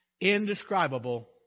indescribable